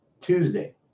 Tuesday